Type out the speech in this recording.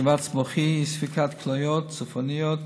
שבץ מוחי, אי-ספיקת כליות סופנית,